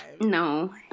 No